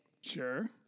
Sure